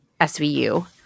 SVU